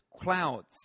clouds